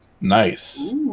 Nice